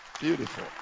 Beautiful